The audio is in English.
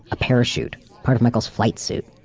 a parachute, part of michael's flight shoot.